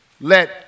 let